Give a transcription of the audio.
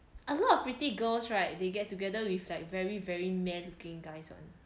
a lot of pretty girls right they get together with like very very meh looking guys one